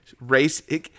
race